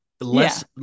less